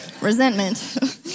Resentment